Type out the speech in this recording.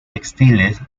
textiles